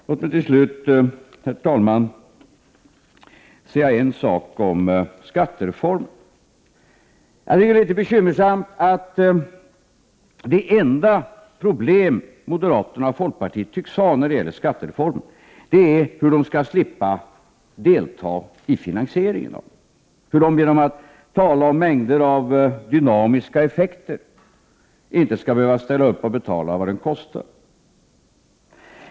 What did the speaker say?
Låt mig till sist, herr talman, säga en sak om skattereformen. Jag tycker att det är litet bekymmersamt att det enda problem moderaterna och folkpartiet tycks ha när det gäller skattereformen är hur de skall slippa delta i finansieringen av den; de tror att de genom att tala om mängder av dynamiska effekter inte skall behöva ställa upp och betala vad den kostar.